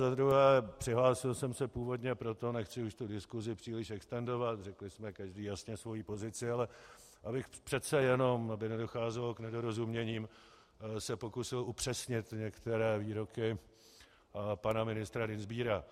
A za druhé, přihlásil jsem se původně proto, nechci už tu diskusi příliš extendovat, řekli jsme každý jasně svoji pozici, ale abych přece jenom, aby nedocházelo k nedorozuměním, se pokusil upřesnit některé výroky pana ministra Dienstbiera.